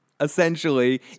essentially